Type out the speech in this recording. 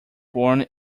born